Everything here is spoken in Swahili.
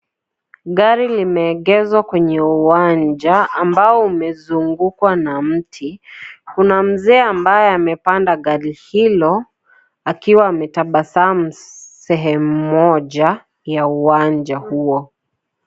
Gari limeegezwa kwenye uwanja ambao umezungukwa na mti kuna Mzee ambaye amepanda gari hiyo akiwa ametabasamu sehemu moja ya uwanja huo.